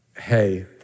hey